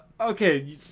Okay